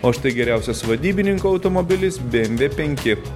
o štai geriausias vadybininko automobilis bmv penki